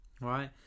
right